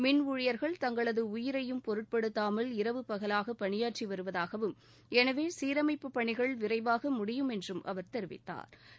மின் ஊழியர்கள் தங்களது உயிரையும் பொருட்படுத்தாமல் இரவு பகலாக பணியாற்றி வருவதாகவும் எனவே சீரமைப்பு பணிகள் விரைவாக முடியும் என்றும் அவா் தெரிவித்தாா்